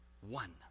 One